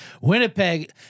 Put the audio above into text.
Winnipeg